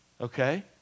Okay